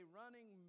running